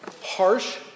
harsh